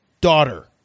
daughter